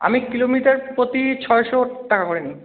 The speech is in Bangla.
আমি কিলোমিটার প্রতি ছয়শো টাকা করে নিই